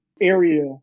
area